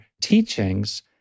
teachings